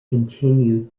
continued